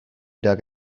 dug